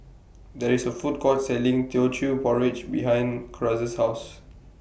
There IS A Food Court Selling Teochew Porridge behind Cruz's House